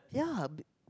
ya